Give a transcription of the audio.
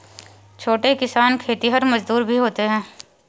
छोटे किसान खेतिहर मजदूर भी होते हैं